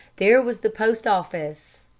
there was the post office!